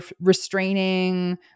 restraining